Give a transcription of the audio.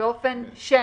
באופן שמי.